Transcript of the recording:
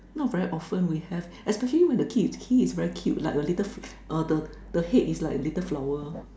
not very often we have especially when the keys the key is cute like a little the the head is like a flower